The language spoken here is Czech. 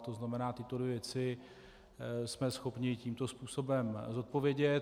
To znamená, tyto dvě věci jsme schopni tímto způsobem zodpovědět.